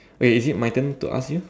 okay is it my turn to ask you